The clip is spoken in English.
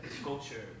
sculpture